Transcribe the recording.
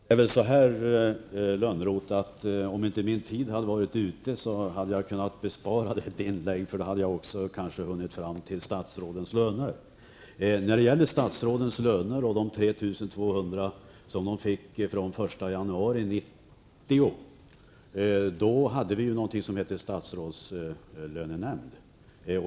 Herr talman! Om jag hade haft mer tid på mig under mitt huvudanförande hade jag kunnat bespara Johan Lönnroth ett inlägg, eftersom jag då kanske också hade hunnit tala om statsrådens löner. Statsråden fick ett påslag om 3 200 kr. på sina löner den 1 januari 1990. Vid den tidpunkten hade vi något som hette en statsrådslönenämnd.